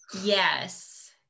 Yes